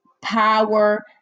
power